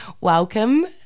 Welcome